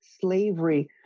slavery